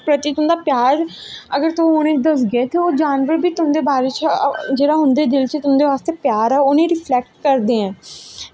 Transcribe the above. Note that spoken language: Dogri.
बिच्च तुं'दा प्यैार अगर तुस दसगे ते जानवर दी उंदे बारे च तु'दे बिच्च प्यार ऐ करदे ऐं